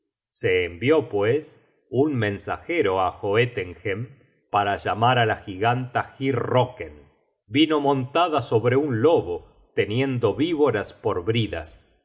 se envió pues un mensajero á joetenhem para llamar á la giganta hyrrocken vino montada sobre un lobo teniendo víboras por bridas